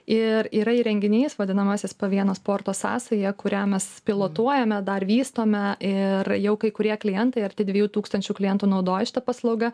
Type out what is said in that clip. ir yra įrenginys vadinamasis po vieną sporto sąsają kurią mes pilotuojame dar vystome ir jau kai kurie klientai arti dviejų tūkstančių klientų naudoja šita paslauga